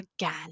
again